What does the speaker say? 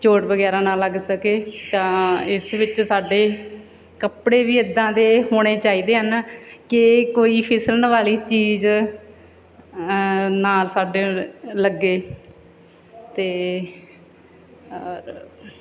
ਚੋਟ ਵਗੈਰਾ ਨਾ ਲੱਗ ਸਕੇ ਤਾਂ ਇਸ ਵਿੱਚ ਸਾਡੇ ਕੱਪੜੇ ਵੀ ਇੱਦਾਂ ਦੇ ਹੋਣੇ ਚਾਹੀਦੇ ਹਨ ਕਿ ਕੋਈ ਫਿਸਲਣ ਵਾਲੀ ਚੀਜ਼ ਨਾ ਸਾਡੇ ਲੱਗੇ ਅਤੇ ਔਰ